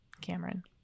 Cameron